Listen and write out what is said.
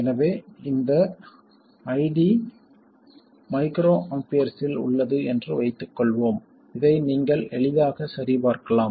எனவே இந்த ID மைக்ரோஆம்பியர்ஸில் உள்ளது என்று வைத்துக்கொள்வோம் இதை நீங்கள் எளிதாகச் சரிபார்க்கலாம்